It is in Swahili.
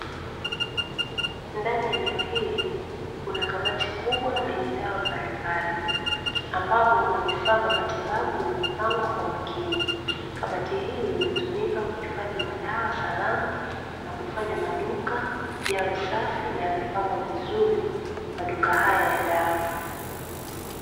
Ndani ya eneo hili kuna kabati kubwa lenye dawa mbalimbali ambapo kuna vifaa vya matibabu vilivyopangwa kwa makini, kabati hili linatumika kuhifadhi madawa salama na kufanya maduka yawe safi na yamepangwa vizuri maduka haya ya dawa.